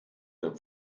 der